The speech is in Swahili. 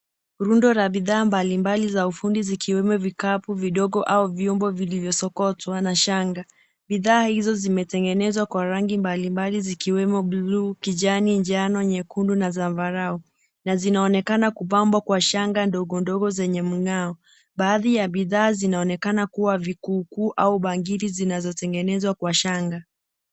Rundo la bidhaa mbali mbali za ufundi zikiwemo vikabu vidogo au vyombo vilivyo sokotwa na shanga. Bidhaa hizo zimetengenezwa kwa rangi mbali mbali zikiwemo; bluu, kijani, njano, nyekundu na sambarau, na zinaonekana kupamba kwa shanga ndogo ndogo zenye mngao, baadhi ya bidhaa zinaonekana kuwa vigugu au pangili zinazotengenezwa kwa shanga.